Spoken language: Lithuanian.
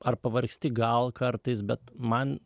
ar pavargsti gal kartais bet man